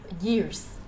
years